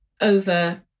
over